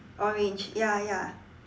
orange ya ya